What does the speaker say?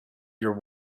your